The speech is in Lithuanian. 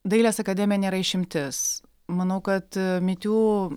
dailės akademija nėra išimtis manau kad my tiū